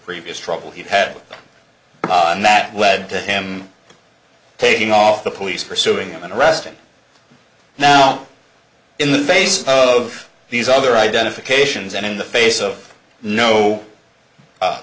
previous trouble he had and that led to him taking off the police pursuing him and arresting now in the face of these other identifications and in the face of no